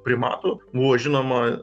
primatų buvo žinoma